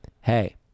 Hey